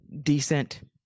decent